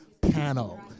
panel